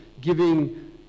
giving